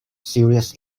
serious